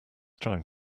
trying